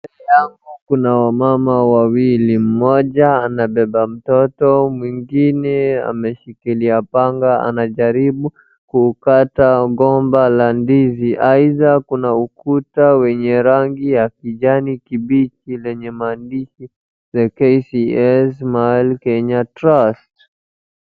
Kuna wamama wawili, mmoja amebeba mtoto mwingine ameshikilia panga anajaribu kuukata gomba la ndizi aidha kuna ukuta wenye rangi ya kijani kibichi lenye maandishi the kcs malt kenya trust .